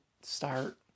start